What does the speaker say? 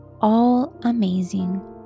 all-amazing